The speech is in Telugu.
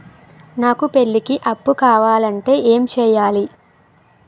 నాకు పెళ్లికి అప్పు కావాలంటే ఏం చేయాలి?